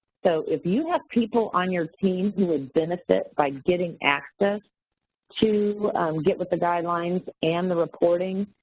so, if you have people on your team who would benefit by getting access to get with the guidelines and the reporting,